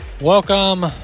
Welcome